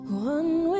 One